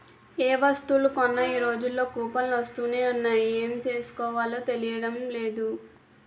ఏ వస్తువులు కొన్నా ఈ రోజుల్లో కూపన్లు వస్తునే ఉన్నాయి ఏం చేసుకోవాలో తెలియడం లేదు